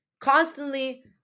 constantly